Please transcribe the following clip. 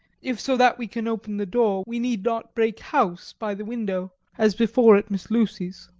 if so that we can open the door, we need not break house by the window, as before at miss lucy's.